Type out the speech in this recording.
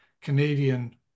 Canadian